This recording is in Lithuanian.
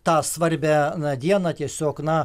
tą svarbią na dieną tiesiog na